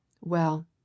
Well